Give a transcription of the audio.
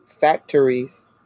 Factories